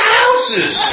houses